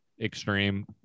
extreme